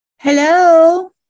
hello